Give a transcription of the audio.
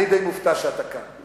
אני די מופתע שאתה כאן.